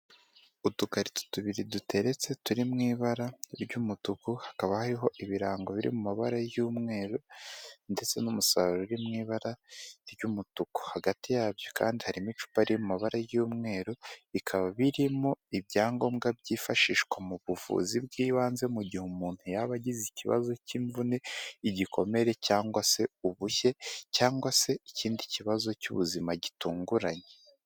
Udukarito tubiri duteretse turi mu ibara ry'umutuku hakaba hariho ibirango biri mu mabara y'umweru ndetse n'umusaruro uri mu ibara ry'umutuku hagati yabyo kandi harimo icupa riri mu m'amabara y'umweru bikaba birimo ibyangombwa byifashishwa mu buvuzi bw'ibanze mu gihe umuntu yaba agize ikibazo k'imvune igikomere cyangwa se ubushye cyangwa se ikindi kibazo cy'ubuzima gitunguranye.